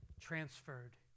Transferred